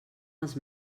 els